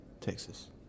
Texas